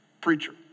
Preacher